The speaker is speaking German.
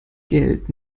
geld